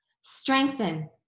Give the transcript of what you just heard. strengthen